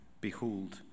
Behold